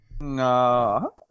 No